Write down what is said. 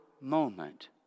moment